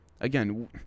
Again